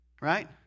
Right